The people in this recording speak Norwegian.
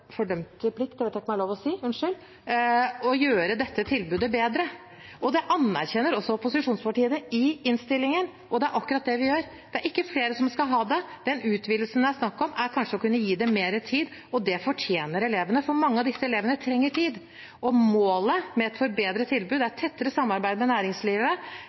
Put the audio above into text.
jeg håper det er lov å si, unnskyld – å gjøre dette tilbudet bedre. Det anerkjenner også opposisjonspartiene i innstillingen, og det er akkurat det vi gjør. Det er ikke flere som skal ha det, den utvidelsen det er snakk om, er kanskje å kunne gi dem mer tid, og det fortjener elevene. For mange av disse elevene trenger tid. Målet med et forbedret tilbud er tettere samarbeid med næringslivet,